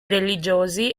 religiosi